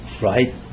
right